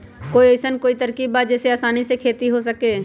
कोई अइसन कोई तरकीब बा जेसे आसानी से खेती हो सके?